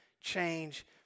change